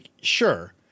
sure